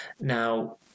Now